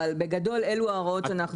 אבל בגדול אלו ההוראות שאנחנו מבקשים.